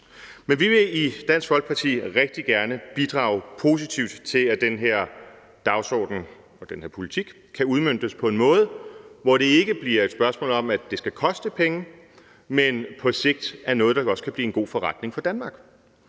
Men vi vil i Dansk Folkeparti rigtig gerne bidrage positivt til, at den her dagsorden og den her politik kan udmøntes på en måde, hvor det ikke bliver et spørgsmål om, at det skal koste penge, men på sigt er noget, der godt kan blive en god forretning for Danmark.